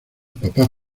papá